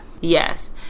Yes